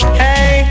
hey